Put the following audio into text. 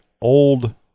old